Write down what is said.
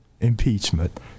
impeachment